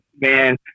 man